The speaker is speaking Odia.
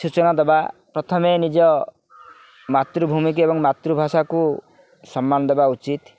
ସୂଚନା ଦେବା ପ୍ରଥମେ ନିଜ ମାତୃଭୂମିକୁ ଏବଂ ମାତୃଭାଷାକୁ ସମ୍ମାନ ଦେବା ଉଚିତ୍